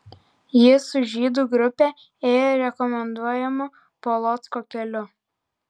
jis su žydų grupe ėjo rekomenduojamu polocko keliu